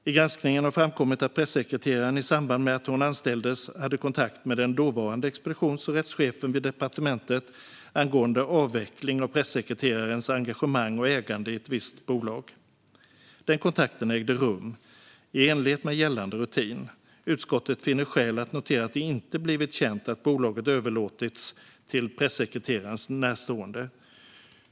I granskningen har framkommit att pressekreteraren i samband med att hon anställdes hade kontakt med den dåvarande expeditions och rättschefen vid departementet angående avveckling av pressekreterarens engagemang och ägande i ett visst bolag. Denna kontakt ägde rum i enlighet med gällande rutin. Utskottet finner skäl att notera att det inte blivit känt att bolaget överlåtits till pressekreterarens närstående.